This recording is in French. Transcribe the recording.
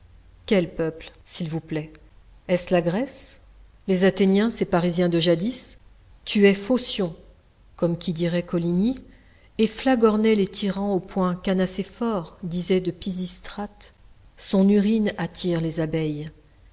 quel peuple s'il vous plaît est-ce la grèce les athéniens ces parisiens de jadis tuaient phocion comme qui dirait coligny et flagornaient les tyrans au point qu'anacéphore disait de pisistrate son urine attire les abeilles